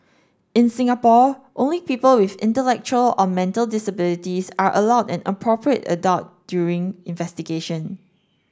in Singapore only people with intellectual or mental disabilities are allowed an appropriate adult during investigation